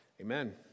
Amen